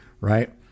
right